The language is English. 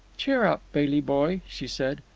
cheer up, bailey boy, she said.